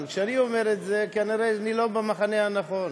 אבל כשאני אומר את זה, אני כנראה לא במחנה הנכון.